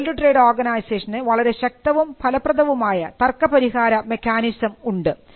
world trade ഓർഗനൈസേഷന് വളരെ ശക്തവും ഫലപ്രദവുമായ തർക്ക പരിഹാര മെക്കാനിസം ഉണ്ട്